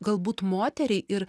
galbūt moteriai ir